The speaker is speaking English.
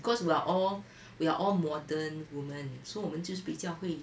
because we're all we're all modern women so 我们就是比较会